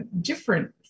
different